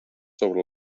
sobre